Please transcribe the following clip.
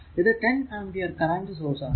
ഇത് 10 ampere current source ആണ്